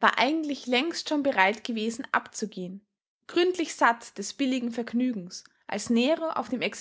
war eigentlich längst schon bereit gewesen abzugehen gründlich satt des billigen vergnügens als nero auf dem